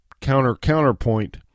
counter-counterpoint